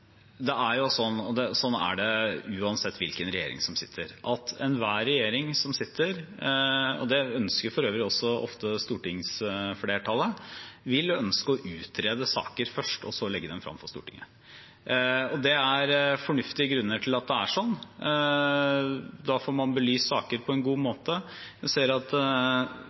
sitter – at enhver regjering, og det ønsker for øvrig ofte også stortingsflertallet, vil ønske å utrede saker først og så legge dem frem for Stortinget, og det er fornuftige grunner til at det er sånn. Da får man belyst saker på en god måte. Jeg ser at